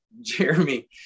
Jeremy